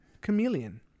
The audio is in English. chameleon